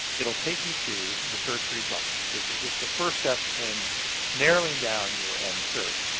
it'll take you to the search results. this is just the first step in narrowing down your end search,